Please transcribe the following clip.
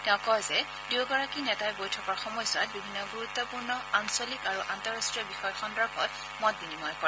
তেওঁ কয় যে দুয়োগৰাকী নেতাই বৈঠকৰ সময়ছোৱাত বিভিন্ন গুৰুত্পূৰ্ণ আঞ্চলিক আৰু আন্তঃৰাষ্ট্ৰীয় বিষয় সন্দৰ্ভত মত বিনিময় কৰে